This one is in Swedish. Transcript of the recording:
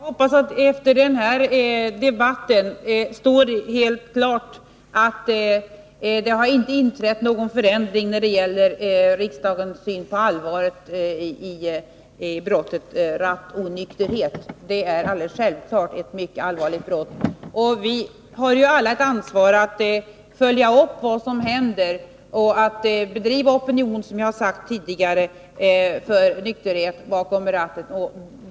Herr talman! Jag hoppas att det, efter denna debatt, står helt klart att det inte har inträtt någon förändring när det gäller riksdagens syn på allvaret i 93 brottet rattonykterhet. Det är självfallet ett mycket allvarligt brott. Vi har alla ett ansvar att följa upp vad som händer och att, som jag tidigare har sagt, bedriva ett opinionsbildande arbete för nykterhet bakom ratten.